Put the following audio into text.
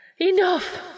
Enough